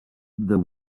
the